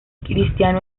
cristiano